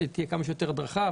שתהיה כמה שיותר הדרכה,